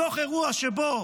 בתוך אירוע שבו